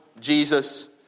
Jesus